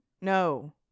No